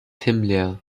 himmler